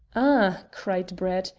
ah, cried brett,